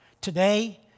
Today